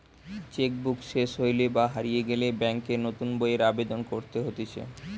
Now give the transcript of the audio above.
check book সেস হইলে বা হারিয়ে গেলে ব্যাংকে নতুন বইয়ের আবেদন করতে হতিছে